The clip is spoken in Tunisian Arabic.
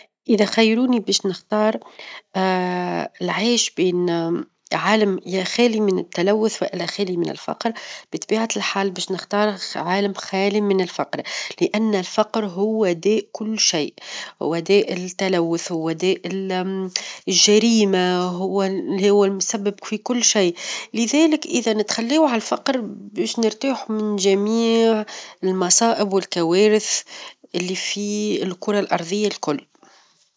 إذا خيروني باش نختار العيش بين عالم يا خالي من التلوث، والا خالي من الفقر، بطبيعة الحال باش نختار عالم خالي من الفقر؛ لأن الفقر هو داء كل شيء، هو داء التلوث، هو داء الجريمة، -هو اللي- هو المسبب فى كل شيء؛ لذلك اذا تخليو عن الفقر باش نرتاحو من جميع المصائب، والكوارث اللي في الكرة الأرظية الكل.